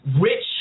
rich